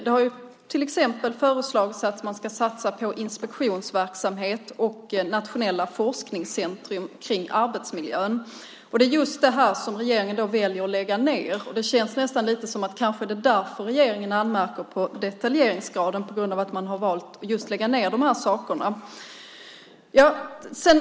Det har till exempel föreslagits att man ska satsa på inspektionsverksamhet och nationella forskningscentrum kring arbetsmiljön. Det är just det här som regeringen då väljer att lägga ned. Det känns nästan lite som att det kanske är därför regeringen anmärker på detaljeringsgraden, på grund av att man har valt att lägga ned just de här sakerna.